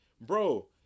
Bro